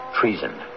treason